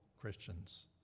Christians